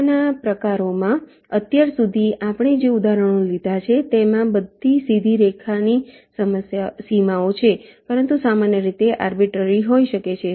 સીમાના પ્રકારો માં અત્યાર સુધી આપણે જે ઉદાહરણો લીધા છે તેમાં બધી સીધી રેખાની સીમાઓ છે પરંતુ સામાન્ય રીતે તે આરબીટરરી હોઈ શકે છે